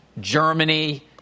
Germany